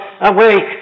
awake